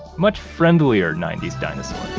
much friendlier ninety s dinosaur.